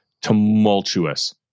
tumultuous